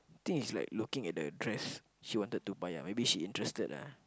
I think is like looking at the dress she wanted to buy ah maybe she's interested ah